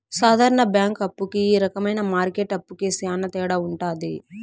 సాధారణ బ్యాంక్ అప్పు కి ఈ రకమైన మార్కెట్ అప్పుకి శ్యాన తేడా ఉంటది